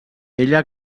ella